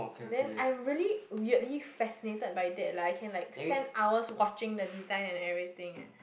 then I'm really weirdly fascinated by that like I can like spend hours watching the design and everything eh